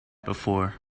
before